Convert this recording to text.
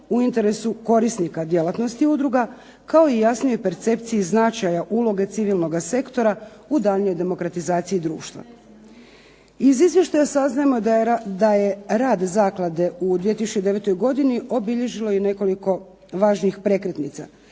u interesu korisnika djelatnosti udruga, kao i jasnijoj percepciji značaja uloge civilnog sektora u daljnjoj demokratizaciji društva. Iz izvještaja saznajmo da je rad zaklade u 2009. godini obilježilo i nekoliko važnijih prekretnica.